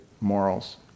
morals